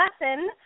lesson